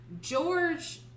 George